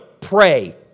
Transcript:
pray